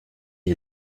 est